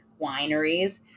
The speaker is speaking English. wineries